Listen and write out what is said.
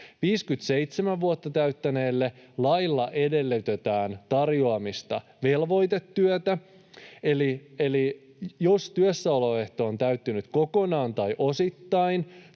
57 vuotta täyttäneelle edellytetään lailla velvoitetyön tarjoamista. Eli jos työssäoloehto on täytynyt kokonaan tai osittain